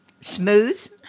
smooth